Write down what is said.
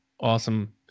awesome